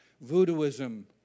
voodooism